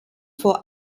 vor